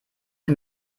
ich